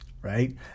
Right